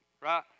right